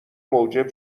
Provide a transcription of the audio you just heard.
موجب